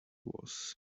was